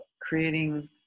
creating